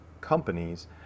companies